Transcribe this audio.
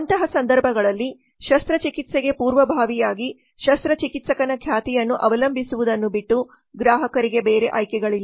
ಅಂತಹ ಸಂದರ್ಭಗಳಲ್ಲಿ ಶಸ್ತ್ರಚಿಕಿತ್ಸೆಗೆ ಪೂರ್ವಭಾವಿಯಾಗಿ ಶಸ್ತ್ರಚಿಕಿತ್ಸಕನ ಖ್ಯಾತಿಯನ್ನು ಅವಲಂಬಿಸುವುದನ್ನು ಬಿಟ್ಟು ಗ್ರಾಹಕರಿಗೆ ಬೇರೆ ಆಯ್ಕೆಗಳಿಲ್ಲ